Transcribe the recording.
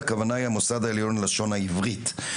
הכוונה היא המוסד העליון ללשון העברית.